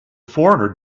foreigner